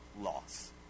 loss